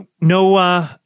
no